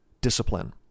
discipline